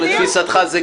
לתפיסתך,